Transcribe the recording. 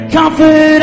Comfort